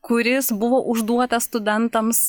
kuris buvo užduotas studentams